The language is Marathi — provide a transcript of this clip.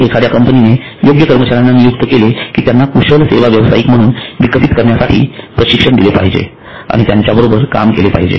एकदा कंपनीने योग्य कर्मचार्यांना नियुक्त केले की त्यांना कुशल सेवा व्यावसायिक म्हणून विकसित करण्यासाठी प्रशिक्षण दिले पाहिजे आणि त्यांच्याबरोबर काम केले पाहिजे